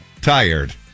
tired